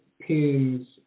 pins